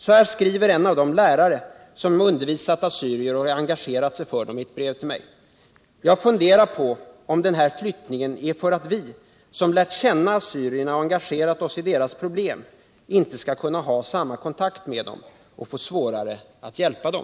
Så här skriver en av de lärare som undervisat assyrier och engagerat sig för dem i ett brev till mig: ”Jag funderar på om den här flyttningen är för att vi, som har lärt känna assyrierna och engagerat oss i deras problem inte skall kunna ha samma kontakt med dem och få svårare att hjälpa dem.”